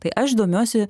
tai aš domiuosi